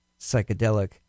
psychedelic